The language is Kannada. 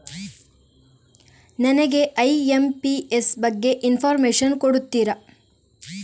ನನಗೆ ಐ.ಎಂ.ಪಿ.ಎಸ್ ಬಗ್ಗೆ ಇನ್ಫೋರ್ಮೇಷನ್ ಕೊಡುತ್ತೀರಾ?